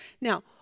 Now